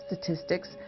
statistics